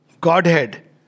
Godhead